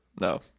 no